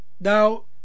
now